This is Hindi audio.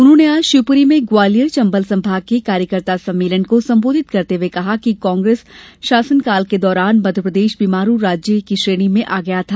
उन्होंने आज शिवपुरी में ग्वालियर चंबल संभाग के कार्यकर्ता सम्मेलन को संबोधित करते हये कहा कि कांग्रेस शासन के दौरान मध्यप्रदेश बीमारू राज्य की श्रेणी में था